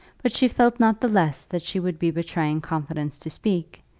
but she felt not the less that she would be betraying confidence to speak,